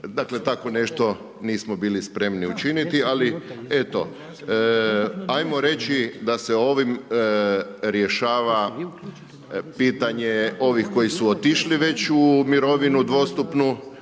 Dakle, takvo nešto nismo bili spremni učiniti, ali eto, ajmo reći da se ovim rješava pitanje ovih koji su otišli već u mirovinu dvostupnu,